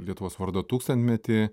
lietuvos vardo tūkstantmetį